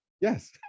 Yes